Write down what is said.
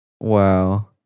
Wow